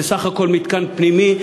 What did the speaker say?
זה בסך הכול מתקן פנימי,